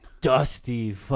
dusty